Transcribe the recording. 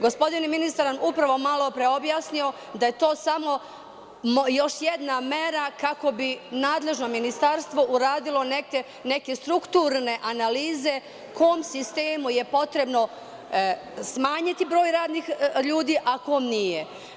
Gospodin ministar nam je malopre objasnio da je to samo još jedna mera kako bi nadležno ministarstvo uradilo neke strukturne analize kom sistemu je potrebno smanjiti broj radnih ljudi, a kom nije.